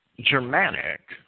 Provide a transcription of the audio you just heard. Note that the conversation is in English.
Germanic